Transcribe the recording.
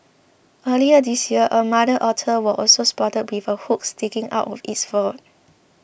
earlier this year a mother otter was also spotted with a hook sticking out of its fur